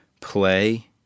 play